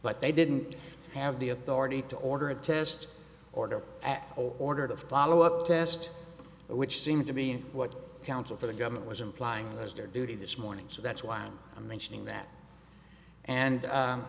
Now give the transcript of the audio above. but they didn't have the authority to order a test order as ordered a follow up test which seemed to be what counsel for the government was implying it was their duty this morning so that's why i'm mentioning that and